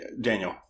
Daniel